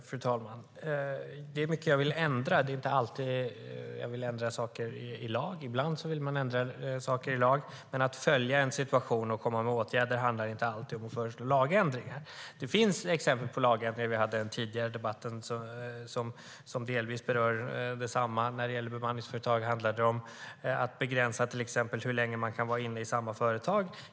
Fru talman! Det är mycket som jag vill ändra. Men det är inte alltid som jag vill ändra i lagar. Ibland vill jag ändra saker i lagar. Men att följa en situation och föreslå åtgärder handlar inte alltid om att föreslå lagändringar. Det finns exempel på lagändringar. Den tidigare debatten berörde delvis detsamma. När det gäller bemanningsföretag handlar det om att begränsa till exempel hur länge man kan vara i samma företag.